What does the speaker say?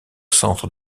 centre